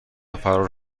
فرار